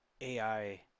ai